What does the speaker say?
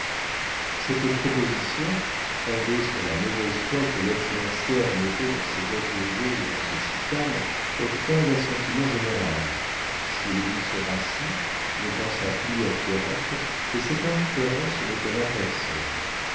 cette proposition fondée sur la mauvaise foi que lex mercière mettait dans ses dettes de jeu ou dans ses chicanes obtint l'assentiment général sylvie se rassit ne pensa plus à pierrette et cette indifférence n'étonna personne